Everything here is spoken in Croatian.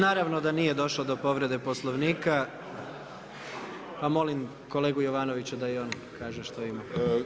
Naravno da nije došlo do povrede Poslovnika, pa molim kolegu Jovanovića da i on kaže što ima.